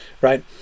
right